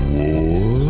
war